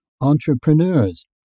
entrepreneurs